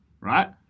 right